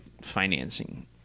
financing